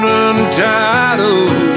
untitled